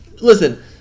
listen